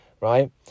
right